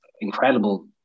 incredible